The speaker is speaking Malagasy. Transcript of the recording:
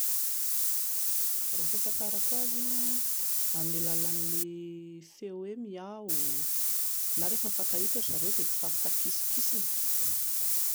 Raha ny fahafantarako azy, amin'ny alalan'ny feo hoe miao na rehefa mifankahita ry zareo dia mifampitankisinkisina.